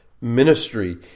ministry